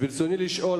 ברצוני לשאול: